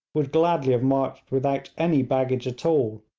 would gladly have marched without any baggage at all,